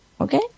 Okay